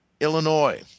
Illinois